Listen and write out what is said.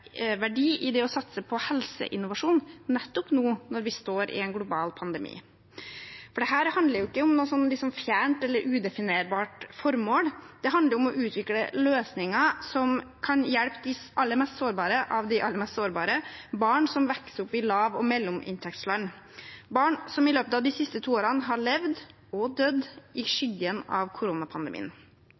verdi i det å satse på helseinnovasjon nettopp nå når vi står i en global pandemi. Dette handler ikke om et fjernt eller udefinerbart formål, det handler om å utvikle løsninger som kan hjelpe de aller mest sårbare av de aller mest sårbare: barn som vokser opp i lav- og mellominntektsland, barn som i løpet av de siste to årene har levd og dødd i skyggen av koronapandemien.